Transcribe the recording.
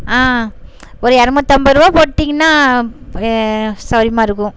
ஒரு இரநூத்தம்பது ரூபா போட்டிங்கன்னால் சௌகரியமா இருக்கும்